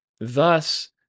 thus